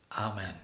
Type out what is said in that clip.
Amen